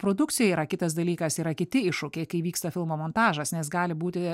produkcija yra kitas dalykas yra kiti iššūkiai kai vyksta filmo montažas nes gali būti